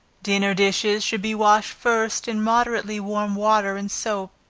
dinner dishes should be washed first in moderately warm water and soap,